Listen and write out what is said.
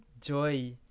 joy